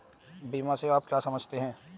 बीमा से आप क्या समझते हैं?